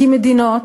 כמדינות,